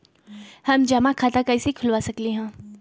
हम जमा खाता कइसे खुलवा सकली ह?